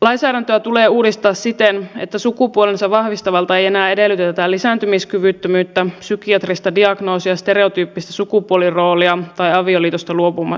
lainsäädäntöä tulee uudistaa siten että sukupuolensa vahvistavalta ei enää edellytetä lisääntymiskyvyttömyyttä psykiatrista diagnoosia stereotyyppistä sukupuoliroolia tai avioliitosta luopumista